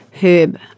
Herb